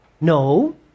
No